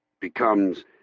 becomes